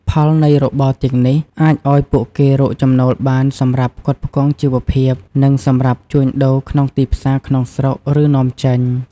ផលនៃរបរទាំងនេះ អាចឲ្យពួកគេរកចំណូលបានសម្រាប់ផ្គត់ផ្គង់ជីវភាព និងសម្រាប់ជួញដូរក្នុងទីផ្សារក្នុងស្រុក ឬនាំចេញ។